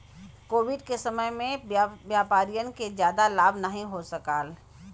Covid के समय में व्यापारियन के जादा लाभ नाहीं हो सकाल